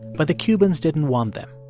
but the cubans didn't want them.